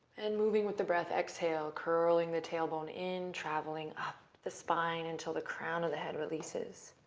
and moving with the breath, exhale, curing the tailbone in, traveling up the spine until the crown of the head releases,